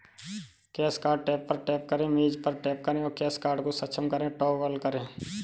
cash card tab पर tap करें, image पर टैप करें और कैश कार्ड को सक्षम करें टॉगल करें